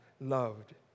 loved